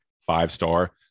five-star